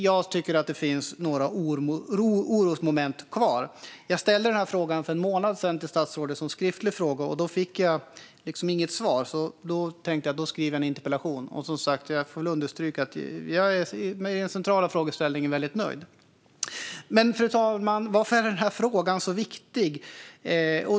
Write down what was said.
Jag tycker att det finns några orosmoment kvar. Jag ställde den här frågan för en månad sedan som en skriftlig fråga. Då fick jag liksom inget riktigt svar och tänkte därför att jag kunde skriva en interpellation. Jag vill som sagt understryka att när det gäller den centrala frågeställningen är jag väldigt nöjd. Fru talman! Varför är den här frågan så viktig?